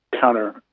counter